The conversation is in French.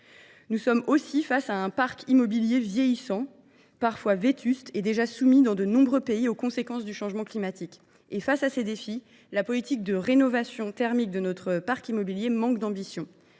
pris par l’État. Le parc immobilier vieillissant, parfois vétuste, est déjà soumis dans de nombreux pays aux conséquences du changement climatique. Face à ces défis, la politique de rénovation thermique de notre parc immobilier manque d’ambition.